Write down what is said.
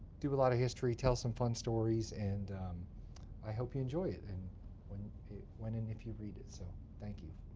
do a lot of history, tell some fun stories. and i hope you enjoy it and when it when and if you read it. so thank you.